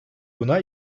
buna